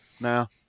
Now